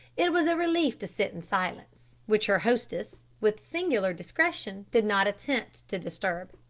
it was a relief to sit in silence, which her hostess, with singular discretion, did not attempt to disturb.